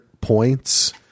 points